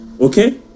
Okay